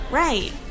right